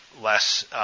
less